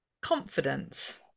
confidence